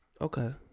Okay